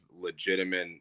legitimate